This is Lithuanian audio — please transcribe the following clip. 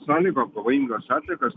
sąlygom pavojingas atliekas